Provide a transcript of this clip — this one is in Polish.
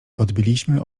odbiliśmy